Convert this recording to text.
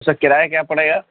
سر کرایہ کیا پڑے گا